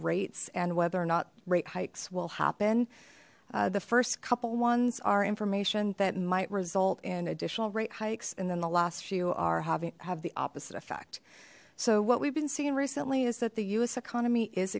rates and whether or not rate hikes will happen the first couple ones are information that might result in additional rate hikes and then the last few are having have the opposite effect so what we've been seeing recently is that the us economy is